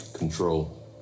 control